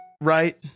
right